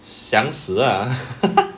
想死啊